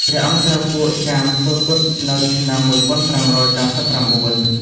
ព្រះអង្គត្រូវពួកចាមធ្វើគុតនៅឆ្នាំ ១៥៩៩។